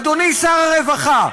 אדוני שר הרווחה,